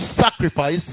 sacrifice